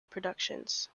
productions